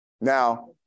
Now